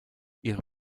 ihre